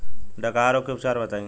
डकहा रोग के उपचार बताई?